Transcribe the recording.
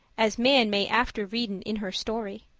as man may after readen in her story.